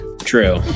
True